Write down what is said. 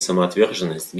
самоотверженность